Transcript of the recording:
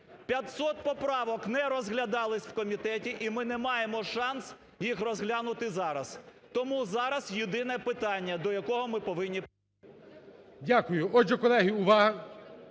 500 поправок не розглядалось у комітеті і ми не маємо шансу їх розглянути зараз. Тому зараз єдине питання до якого ми повинні… ГОЛОВУЮЧИЙ. Дякую. Отже, колеги, увага!